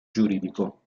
giuridico